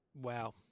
Wow